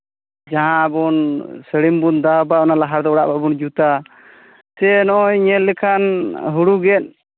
ᱡᱟᱦᱟᱸ ᱵᱚᱱ ᱥᱟᱹᱲᱤᱢ ᱵᱚᱱ ᱫᱟᱵᱟ ᱚᱱᱟ ᱞᱟᱦᱟᱫᱚ ᱚᱲᱟᱜ ᱵᱟᱵᱚᱱ ᱡᱩᱛᱟ ᱥᱮ ᱧᱮᱞ ᱞᱮᱠᱷᱟᱱ ᱦᱩᱲᱩ ᱜᱮᱫ